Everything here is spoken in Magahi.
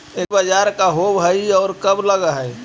एग्रीबाजार का होब हइ और कब लग है?